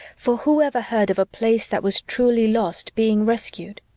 for who ever heard of a place that was truly lost being rescued?